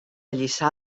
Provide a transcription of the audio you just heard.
lliçà